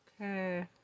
Okay